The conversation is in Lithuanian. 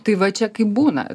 tai va čia kaip būna